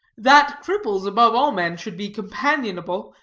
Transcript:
that cripples, above all men should be companionable,